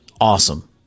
awesome